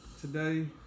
Today